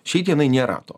šiai dienai nėra to